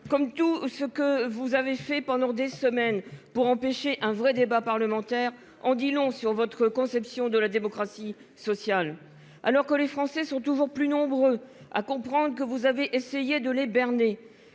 comme tout ce que vous avez fait pendant des semaines pour empêcher un vrai débat parlementaire en dit long sur votre conception de la démocratie sociale. Alors que les Français sont toujours plus nombreux à comprendre que vous avez essayé de les berner